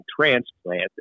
transplant